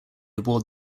aboard